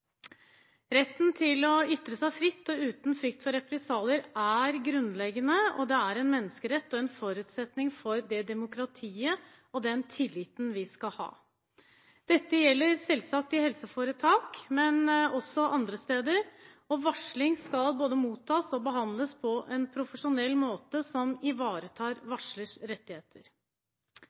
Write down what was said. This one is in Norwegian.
Retten til å ytre seg fritt og uten frykt for represalier er grunnleggende, og det er en menneskerett og en forutsetning for det demokratiet og den tilliten vi skal ha. Dette gjelder selvsagt i helseforetak, men også andre steder, og varsling skal både mottas og behandles på en profesjonell måte som ivaretar varslers rettigheter.